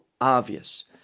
obvious